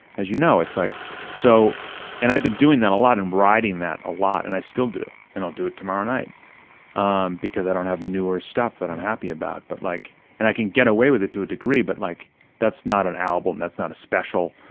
as you know. like so and i've been doing that a lot, i'm riding that a lot, and i still do. and i'll do it tomorrow night um because i don't have newer stuff that i'm happy about. but like and i can get away with it to a degree but like that's not an album, that's not a special.